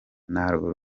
narwo